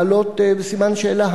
להעלות בסימן שאלה,